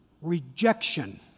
rejection